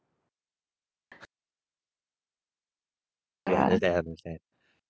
ya understand understand